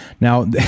Now